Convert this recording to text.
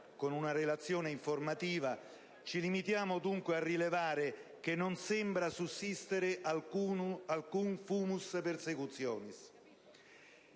di una relazione informativa, ci limitiamo dunque a rilevare che non sembra sussistere alcun *fumus persecutionis*